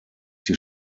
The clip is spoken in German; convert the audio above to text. die